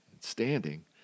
standing